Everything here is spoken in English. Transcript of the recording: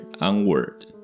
onward